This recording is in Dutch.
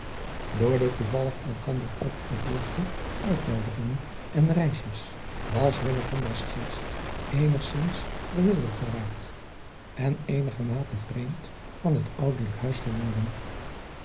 oor de toevallig elkander opgevolgde uitnoodigingen en reisjes was s geest eenigzins verwilderd geraakt en eenigermate vreemd van het ouderlijk huis geworden